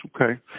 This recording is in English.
Okay